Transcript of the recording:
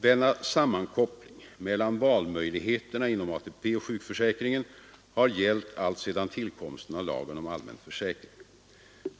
Denna sammankoppling mellan valmöjligheterna inom ATP och sjukförsäkringen har gällt alltsedan tillkomsten av lagen om allmän försäkring.